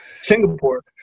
Singapore